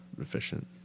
efficient